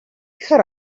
cut